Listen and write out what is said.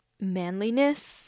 manliness